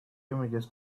images